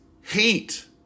hate